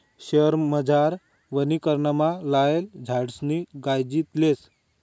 शयेरमझार वनीकरणमा लायेल झाडेसनी कायजी लेतस